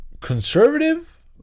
conservative